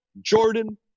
Jordan